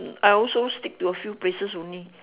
I also stick to a few places only